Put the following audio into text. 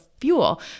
fuel